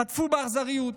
חטפו באכזריות,